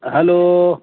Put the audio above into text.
hello